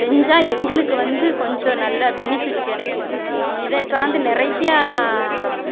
செஞ்சால் எங்களுக்கு வந்து கொஞ்சம் நல்லா பெனிஃபிட் கிடைக்கும் இதை சார்ந்து நெறைய